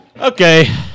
Okay